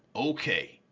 okay.